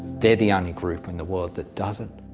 they are the only group in the world that doesn't.